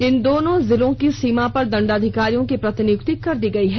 इन दोनों जिलों की सीमा पर दंडाधिकारियों की प्रतिनियुक्ति कर दी गयी है